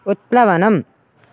उत्प्लवनम्